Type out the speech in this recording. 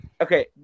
Okay